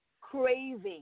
craving